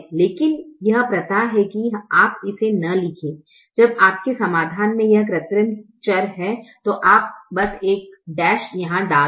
लेकिन यह प्रथा है कि आप इसे न लिखें जब आपके समाधान में यह कृत्रिम चर है तो आप बस एक डैश यहाँ डाल दे